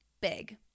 big